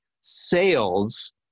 sales